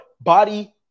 body